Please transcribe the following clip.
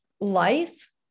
life